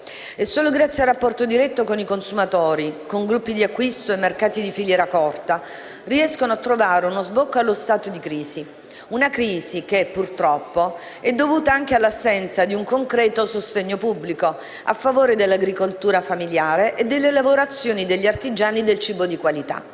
e solo grazie al rapporto diretto con i consumatori, con gruppi di acquisto e mercati di filiera corta, riescono a trovare uno sbocco allo stato di crisi; una crisi che purtroppo è dovuta anche all'assenza di un concreto sostegno pubblico a favore dell'agricoltura familiare e delle lavorazioni degli artigiani del cibo di qualità.